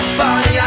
body